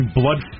blood